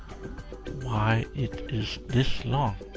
why it is this long.